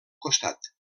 costat